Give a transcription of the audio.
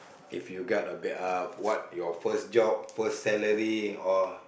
if you got a bad uh what your first job first salary or